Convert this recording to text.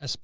as